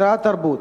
משרד התרבות,